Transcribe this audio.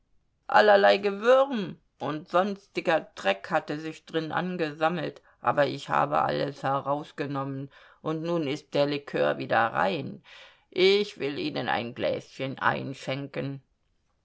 allerlei gewürm und sonstiger dreck hatte sich drin angesammelt aber ich habe alles herausgenommen und nun ist der likör wieder rein ich will ihnen ein gläschen einschenken